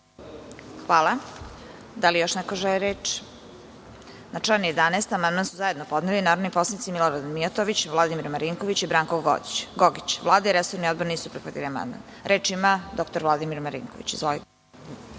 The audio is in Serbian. Hvala. Da li još neko želi reč? (Ne)Na član 11. amandman su zajedno podneli narodni poslanici Milorad Mijatović, Vladimir Marinković i Branko Gogić. Vlada i resorni odbor nisu prihvatili amandman. Reč ima dr Vladimir Marinković.